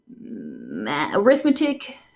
arithmetic